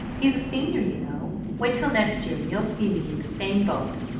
he's a senior, you know. wait till next year and you'll see me in the same boat!